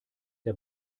der